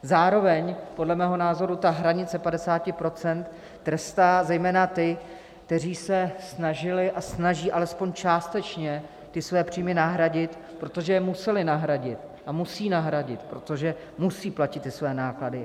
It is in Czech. Zároveň podle mého názoru hranice 50 % trestá zejména ty, kteří se snažili a snaží aspoň částečně své příjmy nahradit, protože je museli nahradit a musí nahradit, protože musí platit ty své náklady.